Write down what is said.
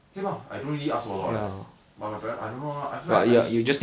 okay bah I don't really ask for a lot but my parent I don't know ah I feel like I